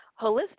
Holistic